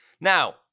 Now